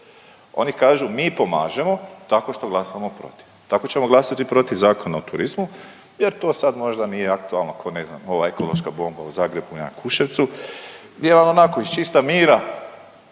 Oni kažu, mi pomažemo tako što glasamo protiv. Tako ćemo glasati protiv Zakona o turizmu jer to sad možda nije aktualno, kao ne znam, ova ekološka bomba u Zagrebu na Jakuševcu, gdje je onako, iz čista mira